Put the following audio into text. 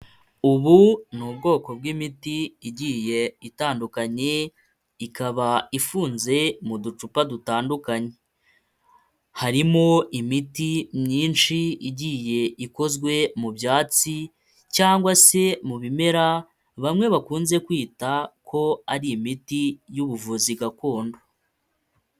Ubu ni ubwoko bw'imiti igiye itandukanye, ikaba ifunze mu ducupa dutandukanye, harimo imiti myinshi igiye ikozwe mu byatsi cyangwa se mu bimera bamwe bakunze kwita ko ari imiti y'ubuvuzi gakondo.